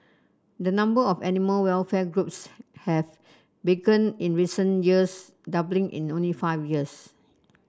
the number of animal welfare groups have in recent years doubling in only five years